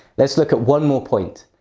let's look at one more point.